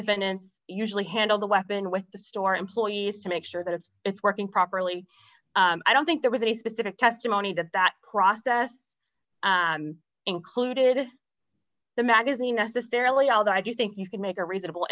defendant usually handle the weapon with the store employees to make sure that if it's working properly i don't think there was a specific testimony that that process included the magazine necessarily although i do think you can make a reasonable